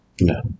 No